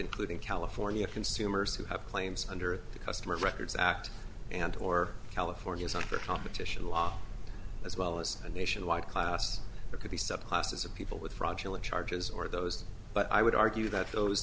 including california consumers who have claims under the customer records act and or california is unfair competition law as well as a nationwide class or could be subclasses of people with fraudulent charges or those but i would argue that those